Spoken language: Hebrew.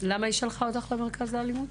--- למה היא שלחה אותך למרכז לאלימות?